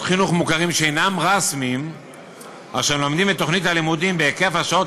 חינוך מוכרים שאינם רשמיים אשר מממנים את תוכנית הלימודים בהיקף השעות